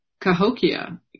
Cahokia